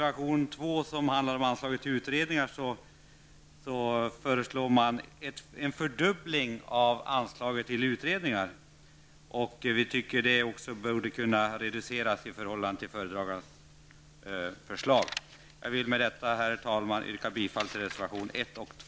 Vidare föreslås i betänkandet en fördubbling av anslaget till utredningar. Vi menar att detta anslag borde kunna reduceras, vilket vi föreslår i reservation nr 2. Herr talman! Jag vill med detta yrka bifall till reservationerna 1 och 2.